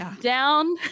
Down